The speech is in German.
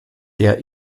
der